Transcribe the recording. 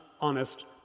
honest